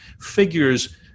figures